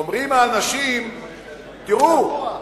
אומרים האנשים: תראו,